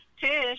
Tish